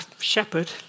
shepherd